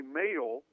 male